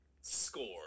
score